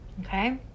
okay